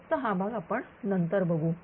फक्त हा भाग आपण नंतर बघू